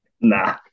Nah